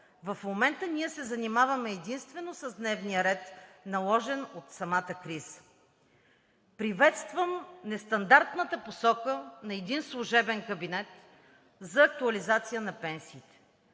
В момента ние се занимаваме единствено с дневния ред, наложен от самата криза. Приветствам нестандартната посока на един служебен кабинет за актуализация на пенсиите.